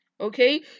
okay